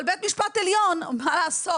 אבל בית משפט עליון מה לעשות,